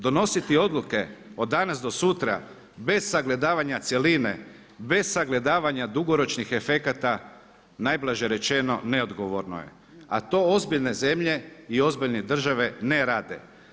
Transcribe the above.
Donositi odluke od danas do sutra bez sagledavanja cjeline, bez sagledavanja dugoročnih efekata, najblaže rečeno neodgovorno je, a to ozbiljne zemlje i ozbiljne države ne rade.